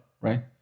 right